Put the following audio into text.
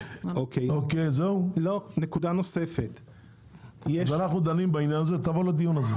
אז אנחנו דנים בעניין הזה, תבוא לדיון הזה,